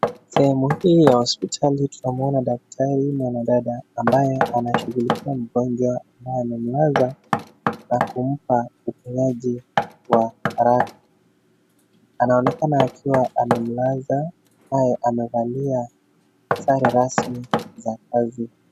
Sehemu hii ya hospitali tunamwona daktari mwanadada ambaye anamshughulikia mgonjwa ambaye amemlaza na kumpa uponyaji wa haraka. Anaonekana akiwa amemlaza, naye amevalia sare rasmi za kazi.